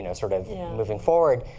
and sort of moving forward.